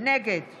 נגד